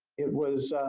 it was,